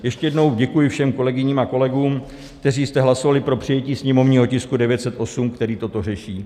Ještě jednou děkuji všem kolegyním a kolegům, kteří jste hlasovali pro přijetí sněmovního tisku 908, který to řeší.